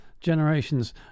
Generations